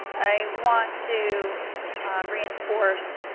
i want to reinforce